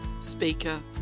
speaker